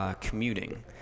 Commuting